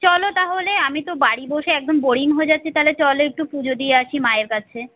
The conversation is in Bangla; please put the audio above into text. চলো তাহলে আমি তো বাড়ি বসে একদম বোরিং হয়ে যাচ্ছি তাহলে চলো একটু পুজো দিয়ে আসি মায়ের কাছে